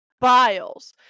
Biles